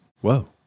Whoa